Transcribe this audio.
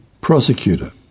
Prosecutor